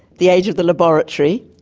the age of the laboratory,